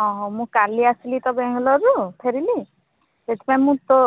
ଅଁ ହଁ ମୁଁ କାଲି ଆସିଲି ତ ବେଙ୍ଗଲୋରରୁ ଫେରିଲି ସେଥିପାଇଁ ମୁଁ ତ